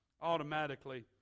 automatically